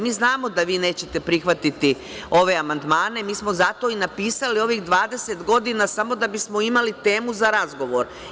Mi znamo da vi nećete prihvatiti ove amandmane, mi smo zato i napisali ovih 20 godina samo da bismo imali temu za razgovor.